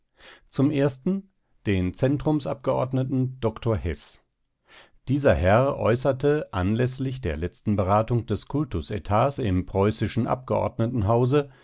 zum ersten den zentrumsabgeordneten dr hess dieser herr äußerte anläßlich der letzten beratung des kultus-etats im preußischen abgeordnetenhause